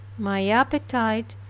my appetite,